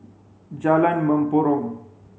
Jalan Mempurong